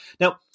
now